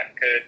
good